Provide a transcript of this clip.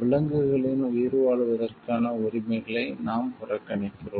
விலங்குகளின் உயிர்வாழ்வதற்கான உரிமைகளை நாம் புறக்கணிக்கிறோம்